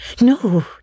No